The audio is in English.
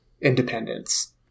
independence